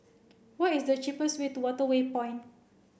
what is the cheapest way to Waterway Point